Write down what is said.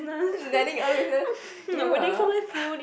letting business you ah